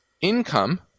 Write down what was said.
income